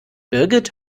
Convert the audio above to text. birgit